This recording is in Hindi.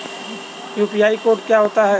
यू.पी.आई कोड क्या होता है?